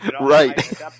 Right